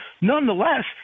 Nonetheless